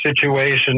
situation